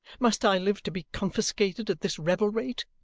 must i live to be confiscated at this rebel-rate?